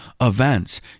events